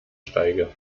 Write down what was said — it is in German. steige